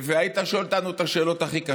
והיית שואל אותנו את השאלות הכי קשות.